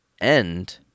end